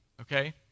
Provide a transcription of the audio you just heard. okay